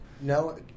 No